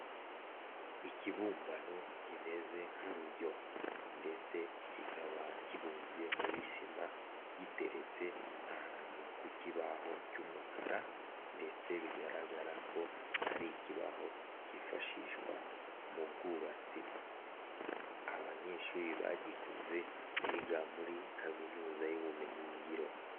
Ikibumbano kimeze nk'urujyo, ndetse kikaba kibumbye muri sima giteretse ahantu ku kibaho cy'umukara ndetse bigaragara ko hari ikibaho cyifashishwa mu bwubatsi, abanyeshuri bagikoze biga muri kaminuza y'ubumenyingiro.